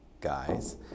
guys